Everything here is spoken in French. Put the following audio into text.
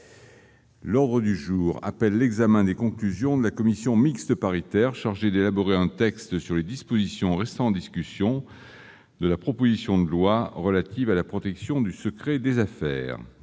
L'ordre du jour appelle l'examen des conclusions de la commission mixte paritaire chargée d'élaborer un texte sur les dispositions restant en discussion de la proposition de loi relative à la protection du secret des affaires